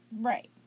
Right